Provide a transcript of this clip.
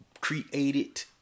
created